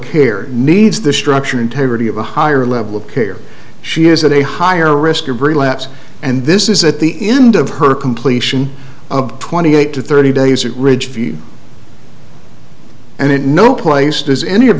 care needs the structural integrity of a higher level of care she is in a higher risk of relapse and this is at the end of her completion of twenty eight to thirty days at ridge feed and it no place does any of